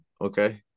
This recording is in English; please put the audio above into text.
Okay